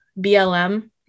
BLM